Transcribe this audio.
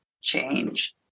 change